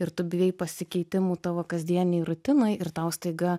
ir tu bijai pasikeitimų tavo kasdienėj rutinoj ir tau staiga